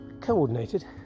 coordinated